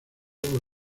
por